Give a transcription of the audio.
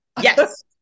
Yes